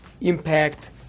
impact